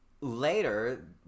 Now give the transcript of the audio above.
later